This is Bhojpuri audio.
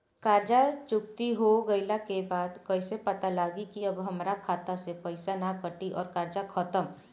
कर्जा चुकौती हो गइला के बाद कइसे पता लागी की अब हमरा खाता से पईसा ना कटी और कर्जा खत्म?